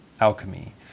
alchemy